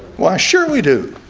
why sure we do?